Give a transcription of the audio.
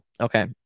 okay